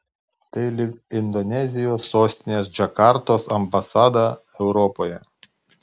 tai lyg indonezijos sostinės džakartos ambasada europoje